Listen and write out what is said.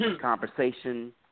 conversation